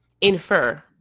infer